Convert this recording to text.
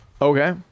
Okay